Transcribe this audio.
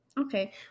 Okay